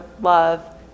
love